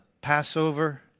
Passover